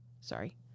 Sorry